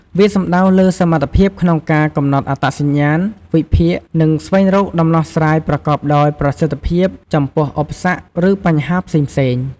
វាសំដៅលើសមត្ថភាពក្នុងការ កំណត់អត្តសញ្ញាណ វិភាគ និងស្វែងរកដំណោះស្រាយប្រកបដោយប្រសិទ្ធភាព ចំពោះឧបសគ្គ ឬបញ្ហាផ្សេងៗ។